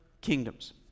kingdoms